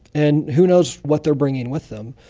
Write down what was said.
and who knows what they are bringing with them.